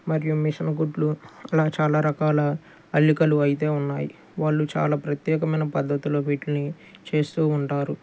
మరియు మిషన్ కుట్లు ఇలా చాలా రకాల అల్లికలు అయితే ఉన్నాయి వాళ్ళు చాలా ప్రత్యేకమైన పద్దతిలో వీటిని చేస్తూ ఉంటారు